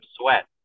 sweat